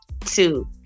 two